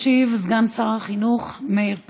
ישיב סגן שר החינוך מאיר פרוש.